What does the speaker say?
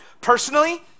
personally